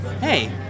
Hey